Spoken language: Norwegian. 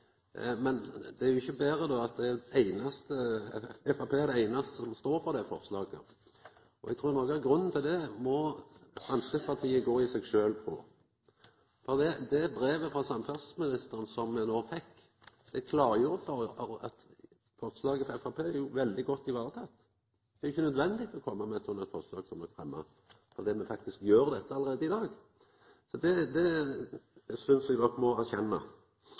Men det er jo ikkje betre at Framstegspartiet er det einaste partiet som står for det forslaget. Eg trur noko av grunnen til det må Framstegspartiet gå i seg sjølv på, for det brevet frå samferdselsministeren som me no fekk, klargjer at forslaget frå Framstegspartiet er veldig godt vareteke. Det er jo ikkje nødvendig å koma med eit slikt forslag som er fremma, for me gjer faktisk dette allereie i dag. Så det synest eg nok me må